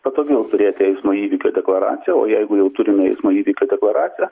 patogiau turėti eismo įvykio deklaraciją o jeigu jau turime eismo įvykio deklaraciją